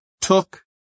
took